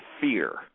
fear